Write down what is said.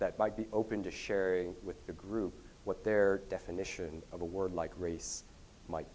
that might be open to sharing with the group what their definition of a word like race